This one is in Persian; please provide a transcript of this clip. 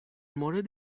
مورد